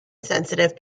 sensitive